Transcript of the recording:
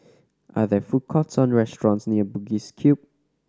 are there food courts or restaurants near Bugis Cube